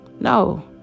No